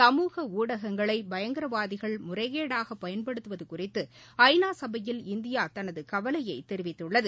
சமூக ஊடகங்களை பயங்கரவாதிகள் முறைகேடாக பயன்படுத்துவது குறித்து ஐநா சபையில் இந்தியா தனது கவலையை தெரிவித்துள்ளது